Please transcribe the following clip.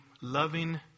loving